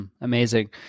amazing